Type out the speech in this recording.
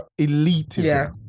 elitism